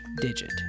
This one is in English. digit